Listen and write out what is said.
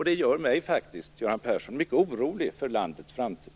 Det gör mig faktiskt, Göran Persson, mycket orolig för landets framtid.